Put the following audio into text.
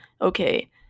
okay